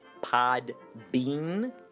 podbean